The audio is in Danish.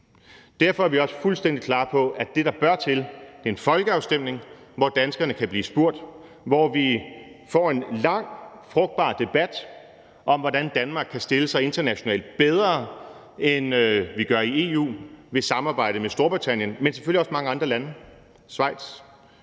Derfor er vi også fuldstændig klare, i forhold til at det, der skal til, er en folkeafstemning, hvor danskerne kan blive spurgt, og hvor vi får en lang, frugtbar debat om, hvordan Danmark kan stille sig bedre internationalt, end vi gør i EU, ved at samarbejde med Storbritannien, men selvfølgelig også med mange andre lande – Schweiz,